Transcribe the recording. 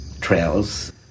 trails